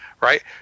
right